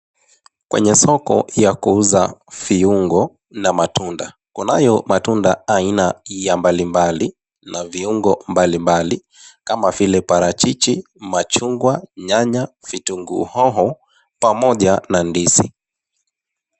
Kwenye soko ya kuuza viungo na matunda. Kunayo matunda aina ya mbalimbali na viungo mbalimbali kama vile, parachichi, machungwa, nyanya, vitunguu, hoho pamoja na ndizi.